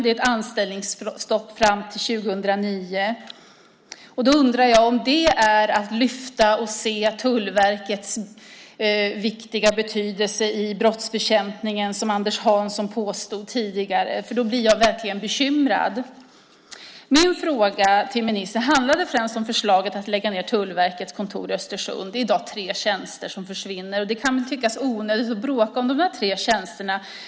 Det är anställningsstopp fram till 2009. Då undrar jag om det är att lyfta fram och se Tullverkets stora betydelse i brottsbekämpningen, som Anders Hansson påstod tidigare. Är det så blir jag verkligen bekymrad. Min fråga till ministern handlade främst om förslaget att lägga ned Tullverkets kontor i Östersund. Det är i dag tre tjänster som försvinner. Det kan tyckas onödigt att bråka om de här tjänsterna.